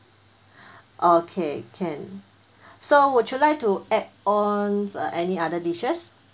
okay can so would you like to add ons uh any other dishes